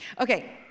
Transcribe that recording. okay